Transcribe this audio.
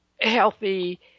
healthy